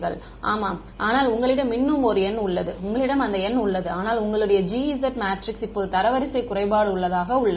மாணவர் ஆமாம் ஆனால் உங்களிடம் இன்னும் ஒரு எண் உள்ளது உங்களிடம் அந்த எண் உள்ளது ஆனால் உங்களுடைய G s மேட்ரிக்ஸ் இப்போது தரவரிசை குறைபாடு உள்ளதாக உள்ளது